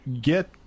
get